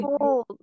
cold